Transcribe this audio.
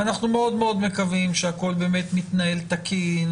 ולמרות שאנחנו מאוד מקווים שהכול מתנהל בצורה תקינה,